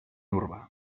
urbà